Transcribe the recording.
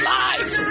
life